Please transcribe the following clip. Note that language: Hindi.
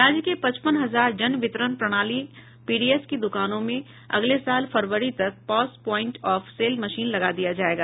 राज्य के पचपन हजार जन वितरण प्रणाली पीडीएस की द्कानों में अगले साल फरवरी तक POS point of sale machine लगा दिया जाएगा